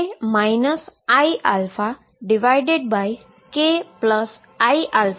જેના દ્વારા k iαkiα A મળે છે